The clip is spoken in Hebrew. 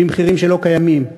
במחירים שלא קיימים.